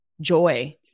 joy